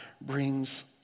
brings